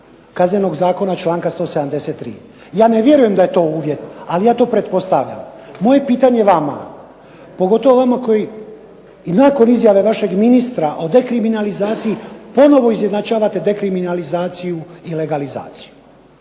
Kaznenog zakona članka 173. Ja ne vjerujem da je to uvjet, ali ja to pretpostavljam. Moje pitanje vama, pogotovo vama koji i nakon izjava vašeg ministra o dekriminalizaciji ponovno izjednačavate dekriminalizaciju i legalizaciju.